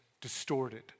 distorted